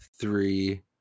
three